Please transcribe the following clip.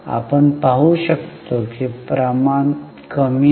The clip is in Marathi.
आपण पाहू शकता की प्रमाण कमी आहे